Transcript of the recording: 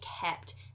kept